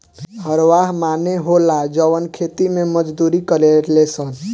हरवाह माने होला जवन खेती मे मजदूरी करेले सन